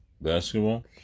basketball